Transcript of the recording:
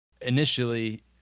initially